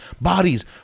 Bodies